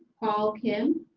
paul kim.